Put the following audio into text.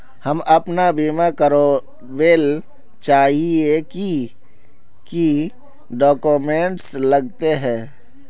हम अपन बीमा करावेल चाहिए की की डक्यूमेंट्स लगते है?